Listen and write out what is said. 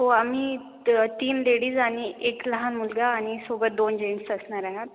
हो आम्ही त तीन लेडीज आणि एक लहान मुलगा आणि सोबत दोन जेंट्स असणार आहे नात